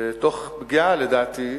ותוך פגיעה, לדעתי,